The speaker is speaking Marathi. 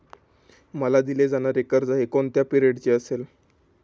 मला दिले जाणारे कर्ज हे कोणत्या पिरियडचे असेल?